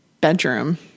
bedroom